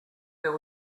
there